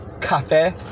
cafe